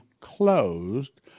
closed